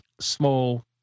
small